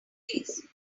face